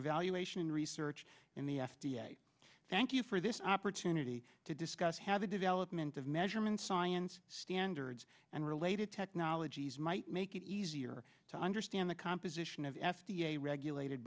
evaluation and research in the f d a thank you for this opportunity to discuss how the development of measurement science standards and related technologies might make it easier to understand the composition of f d a regulated